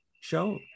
show